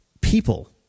people